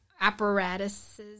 apparatuses